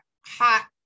hot